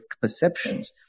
perceptions